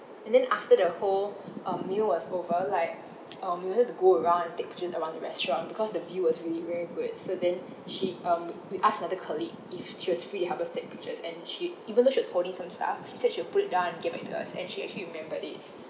and then after the whole um meal was over like um we wanted to go around and take pictures around the restaurant because the view was really very good so then she um will ask other colleague if she was free to help us to take pictures and she even though she was holding some stuff she said she would put it down and get back to us and she actually remembered it